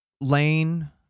lane